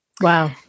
Wow